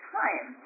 time